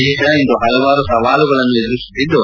ದೇಶ ಇಂದು ಹಲವಾರು ಸವಾಲುಗಳನ್ನು ಎದುರಿಸುತ್ತಿದ್ದು